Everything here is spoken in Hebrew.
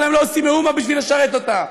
אבל לא עושים מאומה בשביל לשרת אותה.